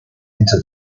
into